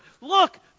Look